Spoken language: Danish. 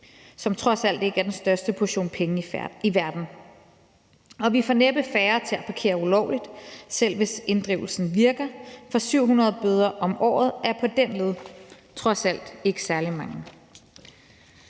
trods alt ikke er den største portion penge i verden. Vi får næppe færre til at parkere ulovligt, selv hvis inddrivelsen virker, for 700 bøder om året er på den led trods alt ikke særlig mange.